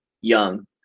young